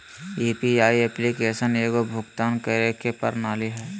UPI application एगो भुक्तान करे के प्रणाली हइ